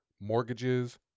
mortgages